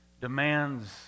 demands